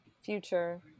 future